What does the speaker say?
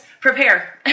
prepare